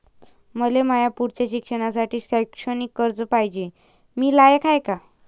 मले माया पुढच्या शिक्षणासाठी शैक्षणिक कर्ज पायजे, मी लायक हाय का?